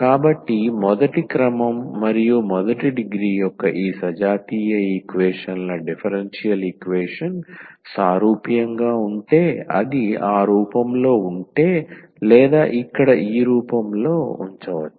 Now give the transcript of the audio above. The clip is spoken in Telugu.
కాబట్టి మొదటి క్రమం మరియు మొదటి డిగ్రీ యొక్క ఈ సజాతీయ ఈక్వేషన్ ల డిఫరెన్షియల్ ఈక్వేషన్ సారూప్యంగా ఉంటే అది ఆ రూపంలో ఉంటే లేదా ఇక్కడ ఈ రూపంలో ఉంచవచ్చు